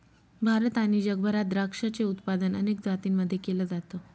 भारत आणि जगभरात द्राक्षाचे उत्पादन अनेक जातींमध्ये केल जात